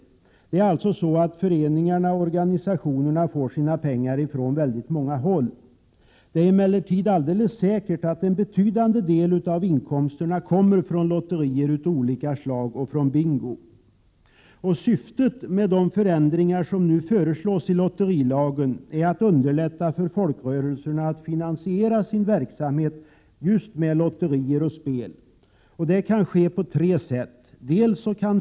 Föreningarna = 8 juni 1988 får alltså sina inkomster från många olika håll. ge ” En betydande del av folkrörelsernas inkomster kommer med säkerhet från Antliingi löltörilagen, lotterier av olika slag och från bingo. Syftet med de föreslagna förändringar On na i lotterilagen är att underlätta för folkrörelserna att finansiera sin verksamhet med just lotterier och spel. Detta kan ske på tre sätt.